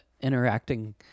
interacting